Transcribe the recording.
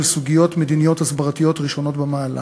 סוגיות מדיניות הסברתיות ראשונות במעלה,